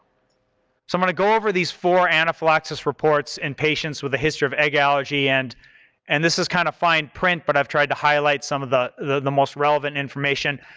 going to go over these four anaphylaxis reports in patients with a history of egg allergy and and this is kind of fine print, but i've tried to highlight some of the the most relevant information.